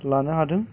लानो हादों